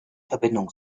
verbindung